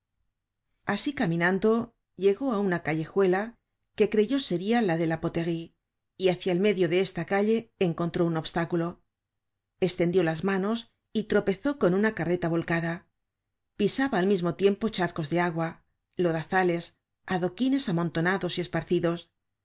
asi caminando llegó á una callejuela que creyó seria la de la poterie y hácia el medio de esta calle encontró un obstáculo estendió las manos y tropezó con una carreta volcada pisaba al mismo tiempo charcos de agua lodazales adoquines amontonados y esparcidos